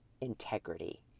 integrity